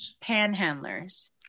Panhandlers